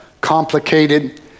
complicated